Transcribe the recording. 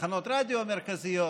ותחנות רדיו מרכזיות,